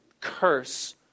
curse